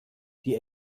die